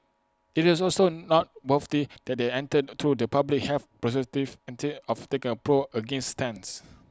IT is also noteworthy that they entered to the public health perspective instead of taking A pro or against stance